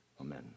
Amen